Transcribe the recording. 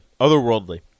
otherworldly